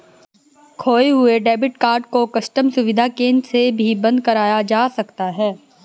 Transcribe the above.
खोये हुए debit card को कस्टम सुविधा केंद्र से भी बंद कराया जा सकता है